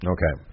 Okay